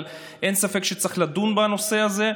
אבל אין ספק שצריך לדון בנושא הזה,